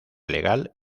legal